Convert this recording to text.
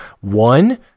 one